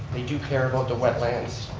they do care about the wetlands,